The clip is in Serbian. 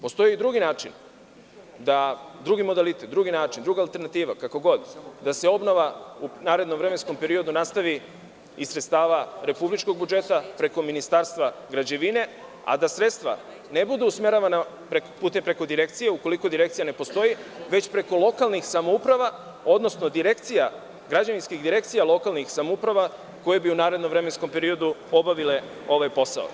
Postoji i drugi način, drugi modalitet, druga alternativa, kako god, da se obnova u narednom vremenskom periodu nastavi iz sredstava republičkog budžeta preko Ministarstva građevine, a da sredstva ne budu usmeravana preko Direkcije, ukoliko Direkcija ne postoji, već preko lokalnih samouprava, odnosno građevinskih direkcija lokalnih samouprava koje bi u narednom vremenskom periodu obavile ovaj posao.